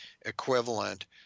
equivalent